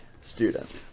student